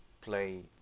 play